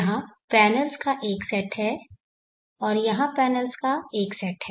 यहाँ पैनल्स का एक सेट है और यहाँ पैनल्स का एक सेट है